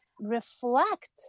reflect